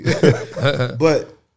But-